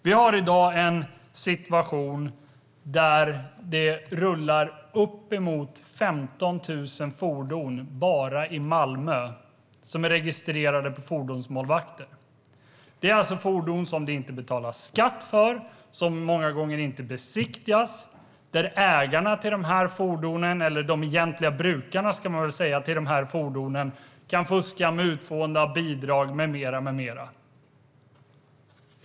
Vi har i dag en situation där det rullar uppemot 15 000 fordon bara i Malmö som är registrerade på fordonsmålvakter. Det är alltså fordon som det inte betalas skatt för, som många gånger inte besiktigas, där de egentliga brukarna av de här fordonen kan fuska med bidrag med mera.